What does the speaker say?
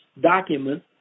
document